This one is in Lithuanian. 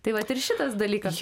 tai vat ir šitas dalykas